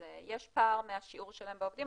יש פער מהשיעור שלהם בעובדים,